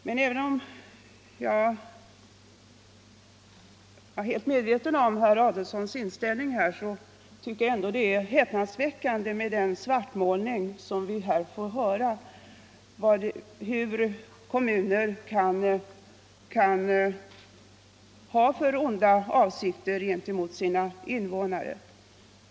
Även om jag är helt medveten om herr Adolfssons inställning, tycker jag att han gjorde en häpnadsväckande svartmålning av vilka onda avsikter en kommun kan ha mot sina invånare.